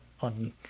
on